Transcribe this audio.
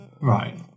Right